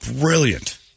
Brilliant